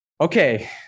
Okay